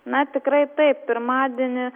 na tikrai taip pirmadienį